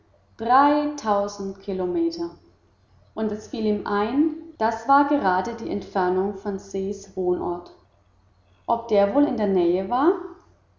dreitausend kilometer und es fiel ihm ein das war gerade die entfernung von ses wohnort ob der wohl in der nähe war